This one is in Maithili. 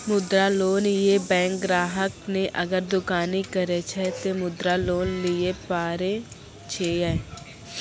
मुद्रा लोन ये बैंक ग्राहक ने अगर दुकानी करे छै ते मुद्रा लोन लिए पारे छेयै?